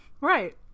right